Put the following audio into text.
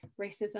racism